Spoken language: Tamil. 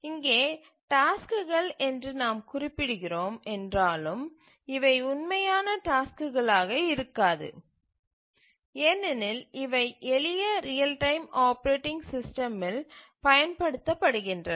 இங்கே டாஸ்க்கு என்று நாம் குறிப்பிடுகிறோம் என்றாலும் இவை உண்மையான டாஸ்க்குகளாக இருக்காது ஏனெனில் இவை எளிய ரியல் டைம் ஆப்பரேட்டிங் சிஸ்டமில் பயன்படுத்தப்படுகின்றன